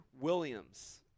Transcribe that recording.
Williams